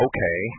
Okay